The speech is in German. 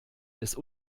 des